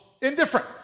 indifferent